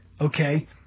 okay